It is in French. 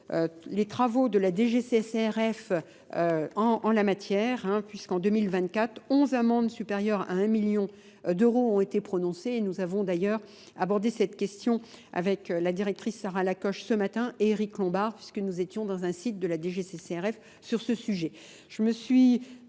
les travaux de la DGCCRF en la matière puisqu'en 2024, 11 amendes supérieures à 1 million d'euros ont été prononcées et nous avons d'ailleurs abordé cette question avec la directrice Sarah Lacoch ce matin et Eric Lombard puisque nous étions dans un site de la DGCCRF sur ce sujet.